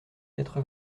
quatre